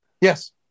Yes